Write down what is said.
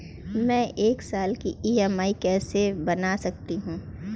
मैं एक साल की ई.एम.आई कैसे बना सकती हूँ?